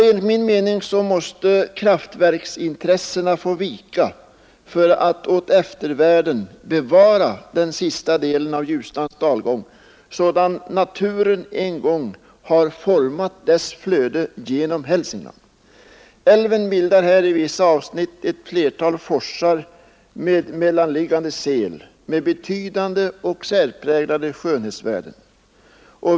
Enligt min mening måste kraftverksintressena få vika för att åt eftervärlden bevara den sista delen av Ljusnans dalgång sådan naturen en gång har format dess flöde genom Hälsingland. Älven bildar här i vissa avsnitt ett flertal forsar med mellanliggande sel med betydande och särpräglade skönhetsvärden.